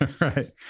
Right